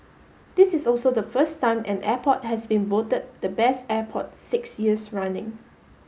this is also the first time an airport has been voted the Best Airport six years running